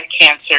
cancer